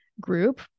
group